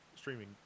streaming